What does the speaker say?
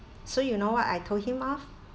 so you know what I told him off